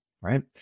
right